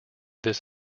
this